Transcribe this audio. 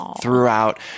throughout